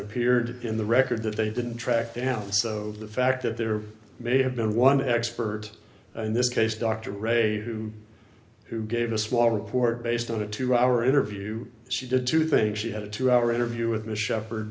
appeared in the record that they didn't track down so the fact that there may have been one expert in this case dr gray who who gave a small report based on a two hour interview she did two things she had a two hour interview with the shepherd